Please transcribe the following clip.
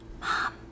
Mom